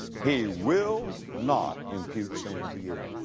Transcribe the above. he will not impute sin to you.